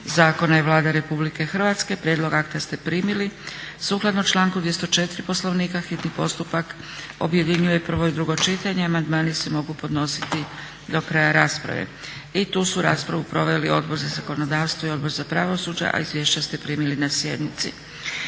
zakona je Vlada Republike Hrvatske. Prijedlog akta ste primili. Sukladno članku 204. Poslovnika hitni postupak objedinjuje prvo i drugo čitanje. Amandmani se mogu podnositi do kraja rasprave. I tu su raspravu proveli Odbor za zakonodavstvo i Odbor za pravosuđe, a izvješća ste primili na sjednici.